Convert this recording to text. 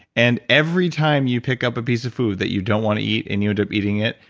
and every time you pick up a piece of food that you don't want to eat and you end up eating it,